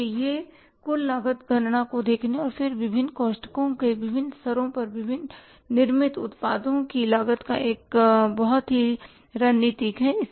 इसलिए यह कुल लागत गणना को देखने और फिर विभिन्न कोष्ठकों के विभिन्न स्तरों पर निर्मित उत्पादों की लागत का एक बहुत ही रणनीतिक है